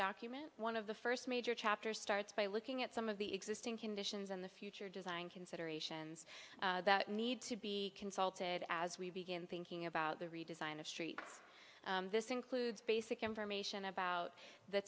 document one of the first major chapters starts by looking at some of the existing conditions in the future design considerations that need to be consulted as we begin thinking about the redesign of streets this includes basic information about the